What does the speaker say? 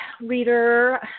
reader